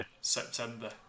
September